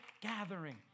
gathering